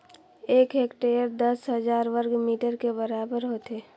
एक हेक्टेयर दस हजार वर्ग मीटर के बराबर होथे